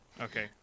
Okay